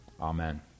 Amen